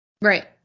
Right